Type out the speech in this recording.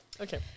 Okay